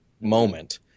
moment